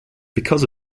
because